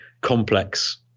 complex